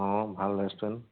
অঁ ভাল ৰেষ্টুৰেণ্ট